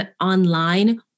online